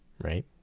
right